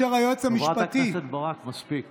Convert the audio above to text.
אותי הורדת חמש שניות לפני הזמן.